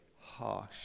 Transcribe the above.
harsh